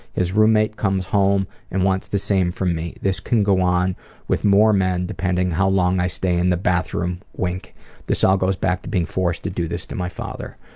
his roommate comes home and wants the same from me. this can go on with more men depending how long i stay in the bathroom. this all goes back to being forced to do this to my father.